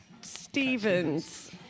Stevens